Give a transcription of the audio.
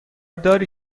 داری